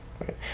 right